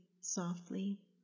softly